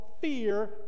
fear